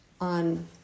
on